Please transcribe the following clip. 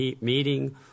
meeting